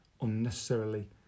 Unnecessarily